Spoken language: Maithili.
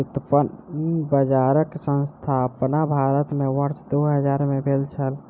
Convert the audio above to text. व्युत्पन्न बजारक स्थापना भारत में वर्ष दू हजार में भेल छलै